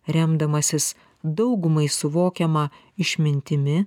remdamasis daugumai suvokiama išmintimi